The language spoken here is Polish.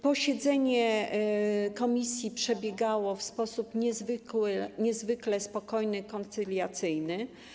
Posiedzenie komisji przebiegało w sposób niezwykle spokojny i koncyliacyjny.